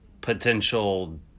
potential